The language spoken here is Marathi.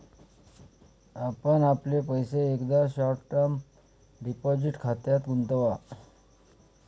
आपण आपले पैसे एकदा शॉर्ट टर्म डिपॉझिट खात्यात गुंतवा